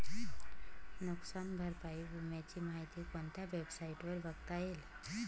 नुकसान भरपाई विम्याची माहिती कोणत्या वेबसाईटवर बघता येईल?